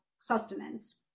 sustenance